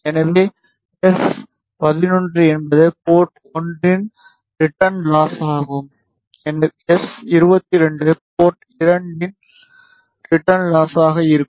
எனவே எஸ் 11 என்பது போர்ட் 1 இன் ரிட்டர்ன் லாஸ் ஆகும் எஸ்22 போர்ட் 2 இல் ரிட்டர்ன் லாஸாக இருக்கும்